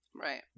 Right